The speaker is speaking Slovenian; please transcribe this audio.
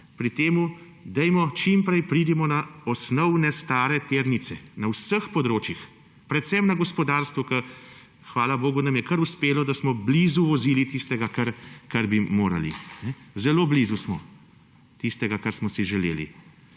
pri tem, da čim prej pridemo na stare tirnice na vseh področjih, predvsem na gospodarstvu, kjer, hvala bogu, nam je kar uspelo, da smo vozili blizu tistega, kar bi morali. Zelo blizu smo tistemu, kar smo si želeli.